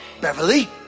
Beverly